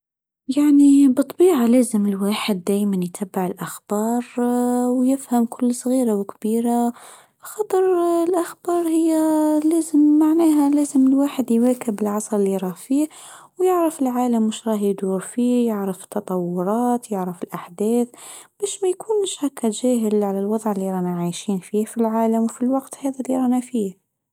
يعني بطبيعة لازم الواحد دايما يتبع الأخبار ويفهم كل صغيرة وكبيرة خطر الأخبار هى لازم معناها لازم الواحد يواكب العصر اللي راه فيه ويعرف العالم واش راح يدور فيه يعرف تطورات يعرف الأحداث بيش ميكونش هاكا جاهل على الوضع اللي رانا عايشين فيه في العالم وفي الوقت هذا اللي رانا فيه